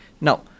Now